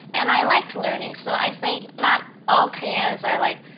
and i liked learning. so, i think, not all koreans are, like.